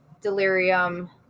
delirium